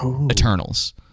eternals